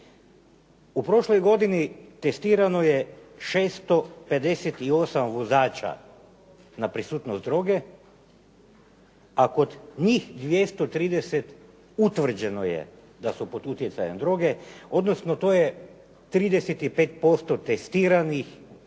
U prošloj godini testirano je 658 vozača na prisutnost droge a kod njih 230 utvrđeno je da su pod utjecajem droge, odnosno to je 35% testiranih